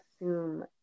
assume